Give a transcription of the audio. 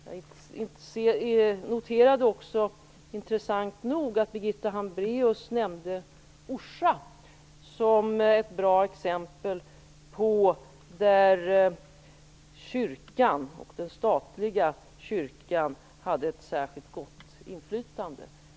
Jag noterade också att Birgitta Hambraeus - intressant nog - nämnde Orsa som ett bra exempel på att den statliga kyrkan hade ett särskilt gott inflytande.